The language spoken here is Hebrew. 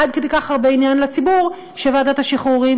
עד כדי כך הרבה עניין לציבור שוועדת השחרורים